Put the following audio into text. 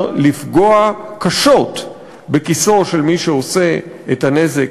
לפגוע קשות בכיסו של מי שעושה את הנזק,